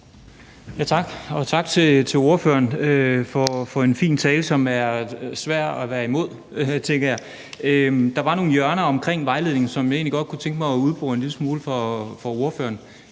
tak til ordføreren for en fin tale, som er svær at være imod, tænker jeg. Der var nogle hjørner omkring vejledningen, som jeg egentlig godt kunne tænke mig at udbore en lille smule for ordføreren,